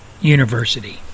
University